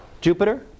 Jupiter